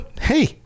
hey